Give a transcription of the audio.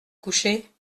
coucher